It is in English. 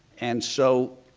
and so,